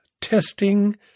testing